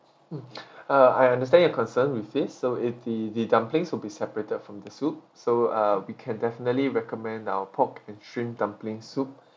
mm uh I understand your concern with this so it the the dumplings will be separated from the soup so uh we can definitely recommend our pork and shrimp dumpling soup